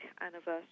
anniversary